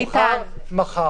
איתן.